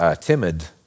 timid